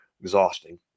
exhausting